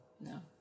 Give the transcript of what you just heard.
No